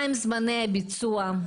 מהם זמני הביצוע.